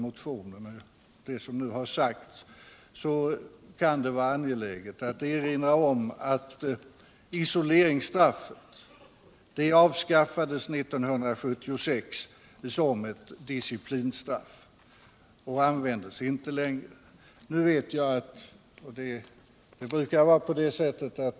Med anledning därav kan det vara angeläget att erinra om att isoleringsstraffet avskaffades 1976 som disciplinstraff och inte längre används.